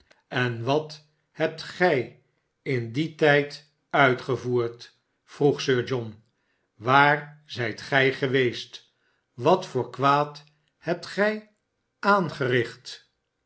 en wat hebt gij in dien tijduitgevoerd vroeg sir john waar zijt gij geweest wat voor kwaad hebt gij